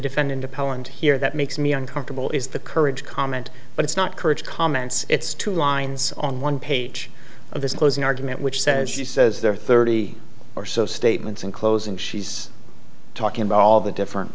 defendant appellant here that makes me uncomfortable is the courage comment but it's not courage comments it's two lines on one page of this closing argument which says she says there are thirty or so statements in closing she's talking about all the different